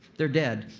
they're dead.